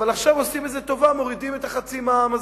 אבל עכשיו עושים טובה ומורידים את ה-0.5% במע"מ?